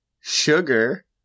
Sugar